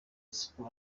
expo